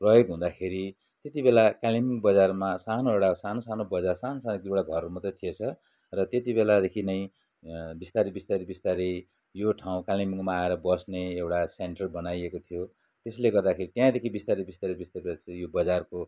प्रयोग हुँदाखेरि त्यतिबेला कालिम्पोङ बजारमा सानो एउटा सानो सानो बजार सानो सानो एक दुईवटा घर मात्र थिएछ र त्यतिबेलादेखि नै बिस्तारी बिस्तारी बिस्तारी यो ठाउँ कालिम्पोङमा आएर बस्ने एउटा सेन्टर बनाइएको थियो त्यसले गर्दाखेरि त्यहाँदेखि बिस्तारी बिस्तारी बिस्तारी यो बजारको